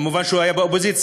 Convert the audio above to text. מובן שהוא היה באופוזיציה,